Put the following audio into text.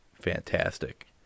fantastic